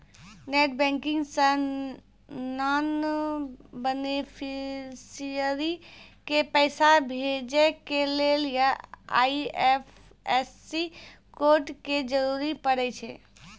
net banking से non beneficiary के पैसा भेजै के लेली आई.एफ.एस.सी कोड के जरूरत पड़ै छै